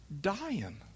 dying